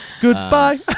Goodbye